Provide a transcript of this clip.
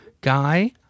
guy